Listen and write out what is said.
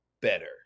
better